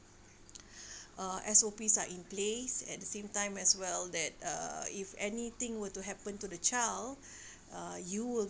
uh S_O_Ps are in place at the same time as well that uh if anything were to happen to the child uh you will